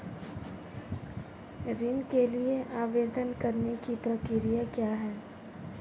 ऋण के लिए आवेदन करने की प्रक्रिया क्या है?